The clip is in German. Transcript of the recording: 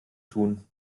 tun